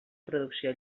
producció